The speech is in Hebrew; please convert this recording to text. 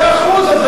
מאה אחוז, אז זה